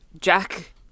Jack